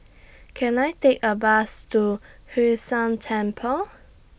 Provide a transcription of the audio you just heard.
Can I Take A Bus to Hwee San Temple